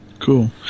Cool